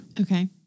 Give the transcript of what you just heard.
Okay